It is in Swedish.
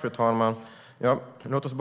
Fru talman! Låt oss